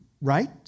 right